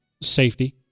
safety